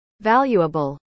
valuable